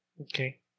Okay